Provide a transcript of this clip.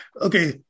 okay